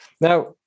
Now